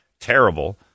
terrible